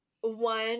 one